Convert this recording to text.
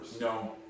No